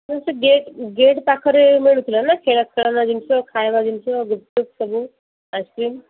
ହଁ ସେ gate gate ପାଖରେ ମିଳୁଥିଲା ନା ଖେଳନା ଜିନିଷ ଖାଇବା ଜିନିଷ ଗୁପ୍ଚୁପ୍ ସବୁ ଆଇସକ୍ରିମ୍